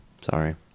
Sorry